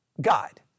God